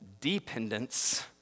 dependence